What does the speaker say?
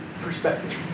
perspective